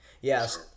Yes